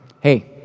hey